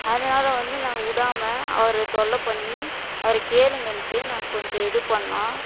அதனால வந்து நாங்கள் விடாம அவரை தொல்லை பண்ணி அவரை கேளுங்கள்ன்ட்டு நாங்கள் கொஞ்சம் இது பண்ணோம்